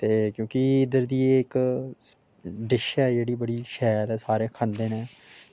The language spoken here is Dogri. ते क्योंकि इद्धर दी एह् इक्क डिश ऐ जेह्ड़ी बड़ी शैल ऐ सारे खांदे न